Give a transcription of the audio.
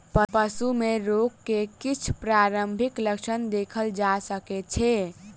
पशु में रोग के किछ प्रारंभिक लक्षण देखल जा सकै छै